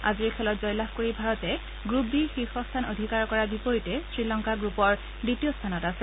আজিৰ খেলত জয়লাভ কৰি ভাৰতে গ্ৰুপ বিৰ শীৰ্ষ স্থান অধিকাৰ কৰাৰ বিপৰীতে শ্ৰীলংকা গ্ৰুপৰ দ্বিতীয় স্থানত আছে